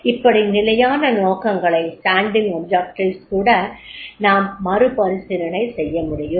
இப்படி நிலையான நோக்கங்களைக் கூட நாம்மறுபரிசீலனை செய்ய முடியும்